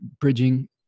bridging